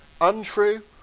untrue